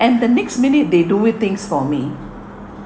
and the next minute they doing things for me